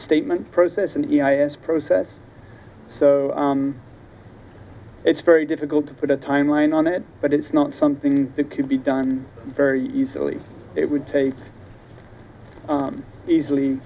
statement process and as process so it's very difficult to put a timeline on it but it's not something that can be done very easily it would take easily